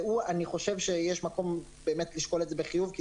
ואני חושב שיש מקום לשקול את זה בחיוב כי